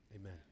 amen